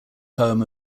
poem